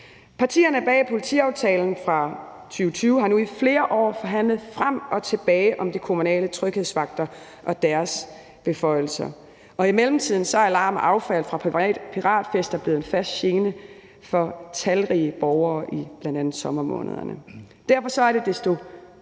Partierne bag politiaftalen fra 2020 har nu i flere år forhandlet frem og tilbage om de kommunale tryghedsvagter og deres beføjelser, og i mellemtiden er larm og affald fra piratfester blevet en fast gene for talrige borgere i bl.a. sommermånederne. Derfor er det desto mere